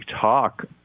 talk